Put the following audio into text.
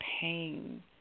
pain